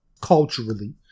culturally